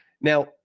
Now